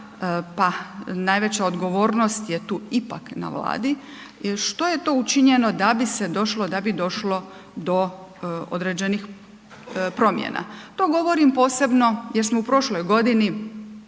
pa najveća odgovornost je tu ipak na Vladi, jer što je to učinjeno da bi se došlo, da bi došlo do određenih promjena? To govorim posebno jer smo u prošloj godini